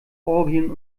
orgien